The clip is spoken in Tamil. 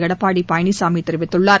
எடப்பாடி பழனிசாமி தெரிவித்துள்ளார்